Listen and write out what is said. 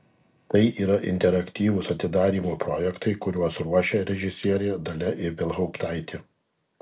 tai yra interaktyvūs atidarymo projektai kuriuos ruošia režisierė dalia ibelhauptaitė